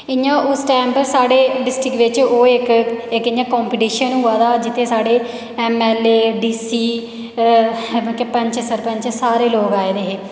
इ'यां औस्स टैम पर स्हाड़े डिस्ट्रिक्ट बिच ओह् इक इक इ'यां कम्पीटीशन होआ दा जित्थै साढ़े एम एल ए डीसी एह् मतलब पंच सरपंच सारे लोग आए दे हे